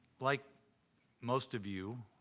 like most of you,